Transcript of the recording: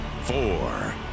four